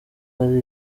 hari